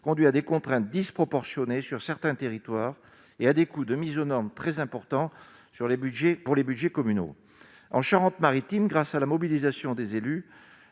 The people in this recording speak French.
conduit à des contraintes disproportionnées sur certains territoires et à des coûts de mise aux normes très important sur les Budgets pour les Budgets communaux en Charente-Maritime, grâce à la mobilisation des élus,